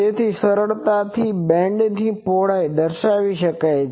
તેથી સરળતાથી બેન્ડની પહોળાઈ દર્શાવી શકાય છે